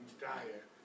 diet